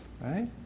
right